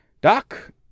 Doc